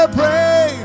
pray